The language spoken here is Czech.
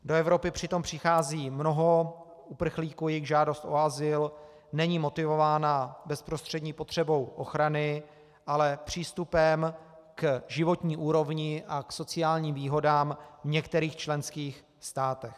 Do Evropy přitom přichází mnoho uprchlíků, jejichž žádost o azyl není motivována bezprostřední potřebou ochrany, ale přístupem k životní úrovni a k sociálním výhodám v některých členských státech.